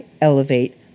elevate